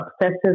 obsessive